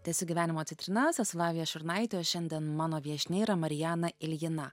tęsiu gyvenimo citrinas esu lavija šurnaitė o šiandien mano viešnia yra mariana iljina